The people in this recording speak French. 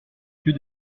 que